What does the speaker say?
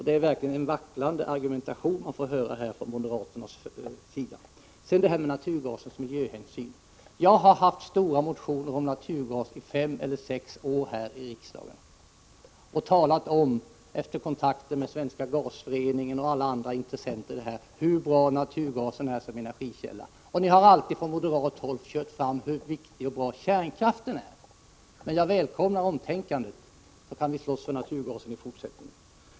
Det är verkligen en vacklande argumentation som vi här får höra från moderaternas sida. Så några ord om naturgasen och miljöhänsyn. Jag har här i riksdagen väckt stora motioner om naturgas i fem eller sex år. Efter kontakter med Svenska gasföreningen och alla andra intressenter på detta område har jag talat om hur bra naturgasen är som energikälla. Från moderat håll har ni alltid fört fram hur viktig och bra kärnkraften är. Men jag välkomnar omtänkandet. I fortsättningen kan vi gemensamt slåss för naturgasen.